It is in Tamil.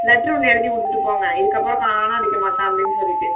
லெட்டர் ஒன்று எழுதி கொடுத்துட்டு போங்க இதுக்கப்புறம் காணடிக்க மாட்டேன் அப்படின்னு சொல்லிட்டு